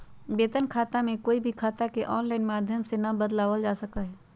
वेतन खाता में कोई भी खाता के आनलाइन माधम से ना बदलावल जा सका हई